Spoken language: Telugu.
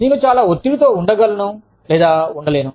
నేను చాలా ఒత్తిడితో ఉండగలను లేదా ఉండలేను